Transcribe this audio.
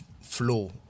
flow